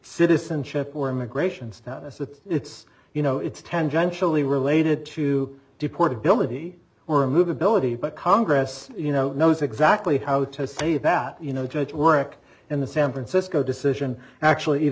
citizenship or immigration status it's you know it's tangentially related to deport ability or a move ability but congress you know knows exactly how to say that you know judge work in the san francisco decision actually e